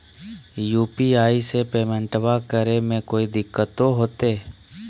UPI से पेमेंटबा करे मे कोइ दिकतो होते?